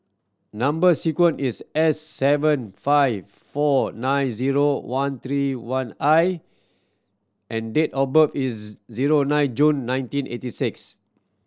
number sequence is S seven five four nine zero one three one I and date of birth is zero nine June nineteen eighty six